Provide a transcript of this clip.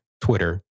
Twitter